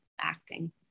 acting